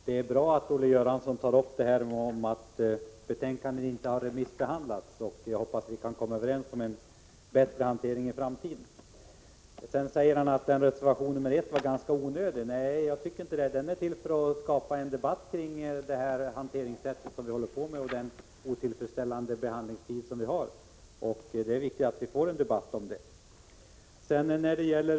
Fru talman! Det var bra att Olle Göransson sade att betänkandet inte har remissbehandlats. Jag hoppas vi kan komma överens om en bättre hantering i framtiden. Han säger att reservation 1 var ganska onödig. Nej, det tycker jag inte. Den är till för att skapa debatt kring det nuvarande förfaringssättet och den otillfredsställande behandlingstid vi har. Det är viktigt att vi får en debatt om detta.